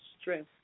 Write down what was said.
strength